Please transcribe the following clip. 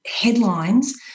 headlines